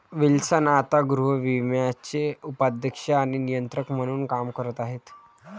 Wilson आता गृहविम्याचे उपाध्यक्ष आणि नियंत्रक म्हणून काम करत आहेत